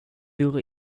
vore